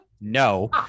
No